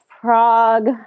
Prague